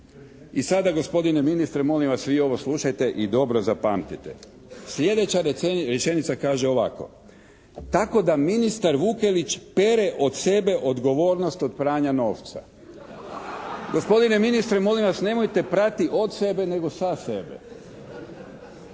I sada gospodine ministre molim vas i ovo slušajte i dobro zapamtite. Sljedeća rečenica kaže ovako: "Tako da ministar Vukelić pere od sebe odgovornost od pranja novca." Gospodine ministre molim vas nemojte prati od sebe, nego sa sebe.